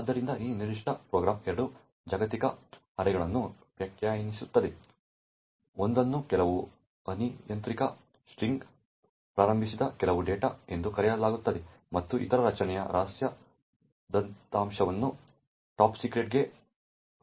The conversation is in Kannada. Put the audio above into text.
ಆದ್ದರಿಂದ ಈ ನಿರ್ದಿಷ್ಟ ಪ್ರೋಗ್ರಾಂ ಎರಡು ಜಾಗತಿಕ ಅರೇಗಳನ್ನು ವ್ಯಾಖ್ಯಾನಿಸುತ್ತದೆ ಒಂದನ್ನು ಕೆಲವು ಅನಿಯಂತ್ರಿತ ಸ್ಟ್ರಿಂಗ್ಗೆ ಪ್ರಾರಂಭಿಸಿದ ಕೆಲವು ಡೇಟಾ ಎಂದು ಕರೆಯಲಾಗುತ್ತದೆ ಮತ್ತು ಇತರ ರಚನೆಯ ರಹಸ್ಯ ದತ್ತಾಂಶವನ್ನು ಟಾಪ್ಸೆಕ್ರೆಟ್ ಗೆ ಪ್ರಾರಂಭಿಸಲಾಗುತ್ತದೆ